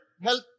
health